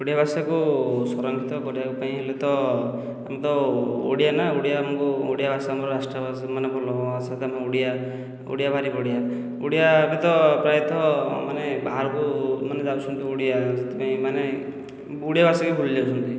ଓଡ଼ିଆ ଭାଷାକୁ ସରଂକ୍ଷିତ କରିବା ପାଇଁ ହେଲେ ତ ଆମେ ତ ଓଡ଼ିଆ ନା ଓଡ଼ିଆ ଆମକୁ ଓଡ଼ିଆ ଭାଷା ଆମର ରାଷ୍ଟ୍ର ଭାଷା ମାନେ ଭଲ ଭାଷା ତେଣୁ ଓଡ଼ିଆ ଓଡ଼ିଆ ଭାରି ବଢ଼ିଆ ଓଡ଼ିଆ ବି ତ ପ୍ରାୟତଃ ମାନେ ବାହାରକୁ ମାନେ ଯାଉଛନ୍ତି ଓଡ଼ିଆ ସେଥିପାଇଁ ମାନେ ଓଡ଼ିଆ ଭାଷା ବି ଭୁଲି ଯାଉଛନ୍ତି